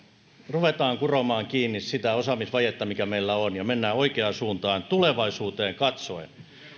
ruvetaan kuromaan kiinni sitä osaamisvajetta mikä meillä on ja mennään oikeaan suuntaan tulevaisuuteen katsoen